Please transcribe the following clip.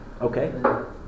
Okay